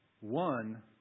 one